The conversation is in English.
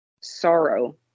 sorrow